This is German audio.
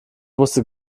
wusste